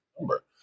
number